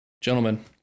Gentlemen